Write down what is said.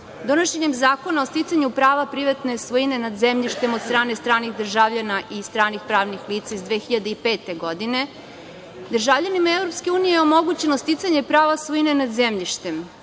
Zakona o sticanju prava privatne svojine nad zemljištem od strane stranih državljana i stranih pravnih lica iz 2005. godine državljanima EU je omogućeno sticanje prava svojine nad zemljištem.